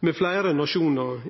med fleire nasjonar